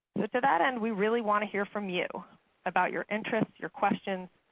to to that end, we really want to hear from you about your interests, your questions,